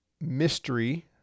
Mystery